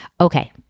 okay